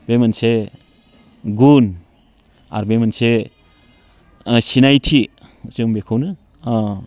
बे मोनसे गुन आरो बे मोनसे सिनायथि जों बेखौनो